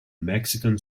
mexican